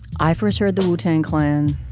i first heard the wu tang clan